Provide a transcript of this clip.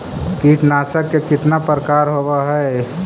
कीटनाशक के कितना प्रकार होव हइ?